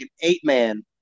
eight-man